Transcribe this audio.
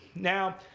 now,